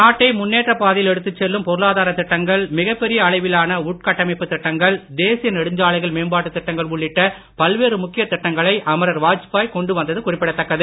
நாட்டை முன்னேற்ற பாதையில் எடுத்துச் செல்லும் பொருளாதார திட்டங்கள் மிகப் பெரிய அளவிலான உட்கட்டமைப்பு திட்டங்கள் தேசிய நெடுஞ்சாலைகள் மேம்பாட்டு திட்டங்கள் உள்ளிட்ட பல்வேறு முக்கிய திட்டங்களை அமரர் வாஜ்பாய் கொண்டு வந்தது குறிப்பிடதக்கது